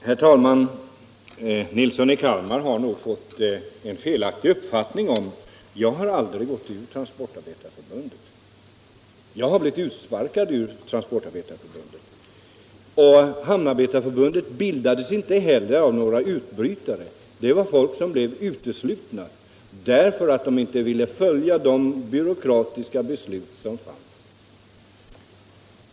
Herr talman! Herr Nilsson i Kalmar har fått en felaktig uppfattning i denna fråga. Jag har aldrig gått ur Transportarbetareförbundet, utan jag har blivit utesluten ur det. Hamnarbetarförbundet bildades inte heller av några utbrytare. Det var folk som blivit uteslutna därför att de inte ville följa de byråkratiska beslut som fattades i Transportarbetareförbundet.